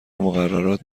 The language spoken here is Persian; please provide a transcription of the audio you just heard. مقررات